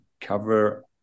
cover